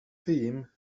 theme